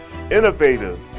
innovative